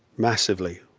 massively,